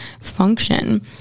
function